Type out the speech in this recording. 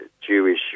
Jewish